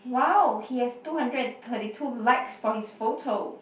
wow he has two hundred and thirty two likes for his photo